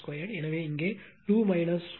எனவே இங்கே 2 1Q0 2